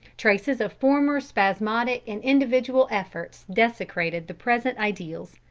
traces of former spasmodic and individual efforts desecrated the present ideals.